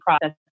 process